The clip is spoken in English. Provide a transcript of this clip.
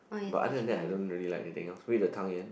but other than that I don't really like anything else wait the tang-yuan